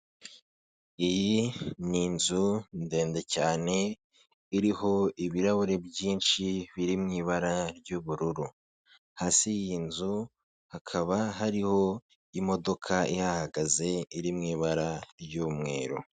Iyi ni inzu ndende cyane, iriho ibirahure byinshi biri mu ibara ry'ubururu, hasi y'iyi nzu hakaba hariho imodoka ihahagaze iri mu ibara ry'umweru.